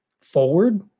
forward